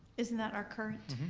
isn't that our current?